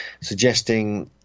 suggesting